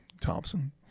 Thompson